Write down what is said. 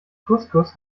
couscous